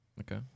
Okay